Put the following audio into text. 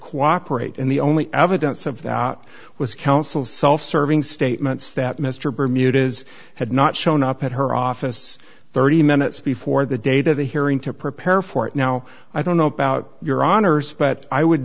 cooperate in the only evidence of that was also self serving statements that mr bermuda's had not shown up at her office thirty minutes before the date of the hearing to prepare for it now i don't know about your honour's but i would